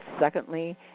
secondly